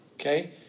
Okay